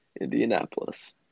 Indianapolis